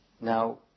now